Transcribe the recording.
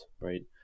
right